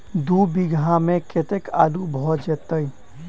दु बीघा मे कतेक आलु भऽ जेतय?